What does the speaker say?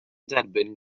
derbyn